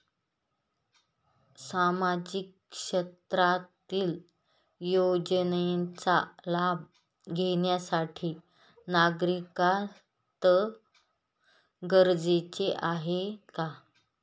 सामाजिक क्षेत्रातील योजनेचा लाभ घेण्यासाठी नागरिकत्व गरजेचे आहे का?